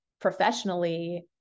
professionally